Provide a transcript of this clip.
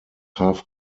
half